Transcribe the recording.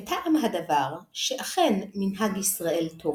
בטעם הדבר שאכן מנהג ישראל תורה,